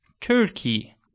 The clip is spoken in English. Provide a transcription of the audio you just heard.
turkey